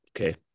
Okay